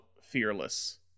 Fearless